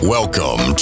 Welcome